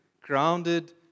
grounded